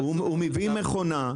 הוא מביא מכונה,